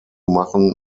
machen